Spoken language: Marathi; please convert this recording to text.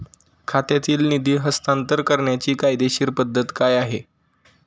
खात्यातील निधी हस्तांतर करण्याची कायदेशीर पद्धत काय आहे?